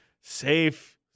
safe